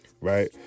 Right